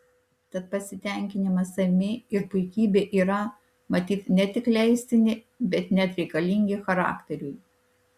tad pasitenkinimas savimi ir puikybė yra matyt ne tik leistini bet net reikalingi charakteriui